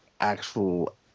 actual